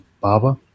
barber